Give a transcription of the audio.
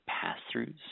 pass-throughs